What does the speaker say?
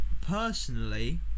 personally